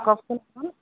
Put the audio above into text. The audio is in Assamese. কওকচোন অকণ